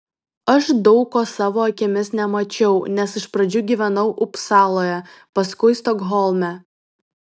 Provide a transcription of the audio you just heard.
aš daug ko savo akimis nemačiau nes iš pradžių gyvenau upsaloje paskui stokholme